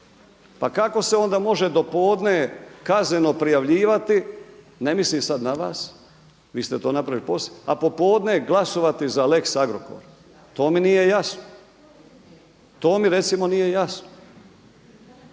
pa kako se onda može dopodne kazneno prijavljivati, ne mislim sad na vas, vi ste to napravili poslije, a popodne glasovati za lex Agrokor. To mi nije jasno. To mi recimo nije jasno.